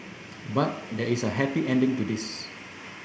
but there is a happy ending to this